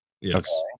yes